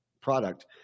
product